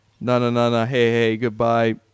na-na-na-na-hey-hey-goodbye